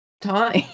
time